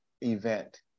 event